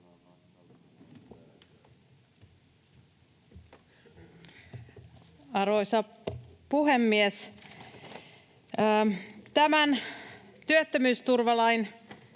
Arvoisa puhemies! Työttömyysturvaan